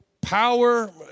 power